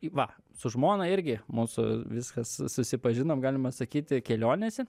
į va su žmona irgi mūsų viskas susipažinom galima sakyti kelionėse